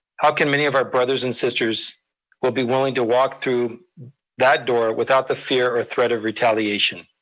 how can many of our brothers and sisters will be willing to walk through that door without the fear or threat of retaliation.